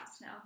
now